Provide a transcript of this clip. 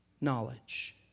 knowledge